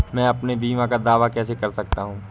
मैं अपने बीमा का दावा कैसे कर सकता हूँ?